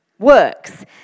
works